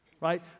right